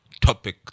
topic